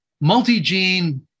multi-gene